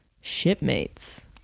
Shipmates